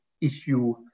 issue